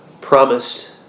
promised